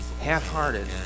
half-hearted